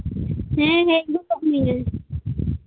ᱦᱮᱸ ᱦᱮᱡ ᱜᱚᱫᱚᱜ ᱢᱮ